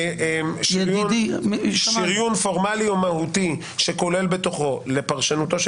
שריון פורמלי או מהותי שכולל בתוכו לפרשנותו של